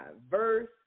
verse